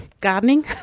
gardening